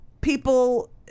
people